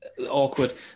Awkward